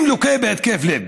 אם הוא לוקה בהתקף לב,